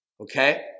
okay